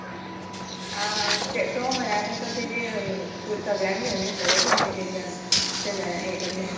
आ ते तो म्हळ्यार आतां तो तेजे फूल सगळ्यांक घेवन येतलो काय किदें तेज्या शेजाऱ्यां एका बीन